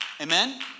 Amen